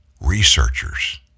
Researchers